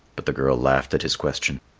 but the girl laughed at his question.